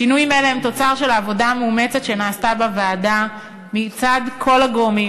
שינויים אלה הם תוצר של העבודה המאומצת שנעשתה בוועדה מצד כל הגורמים,